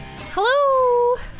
Hello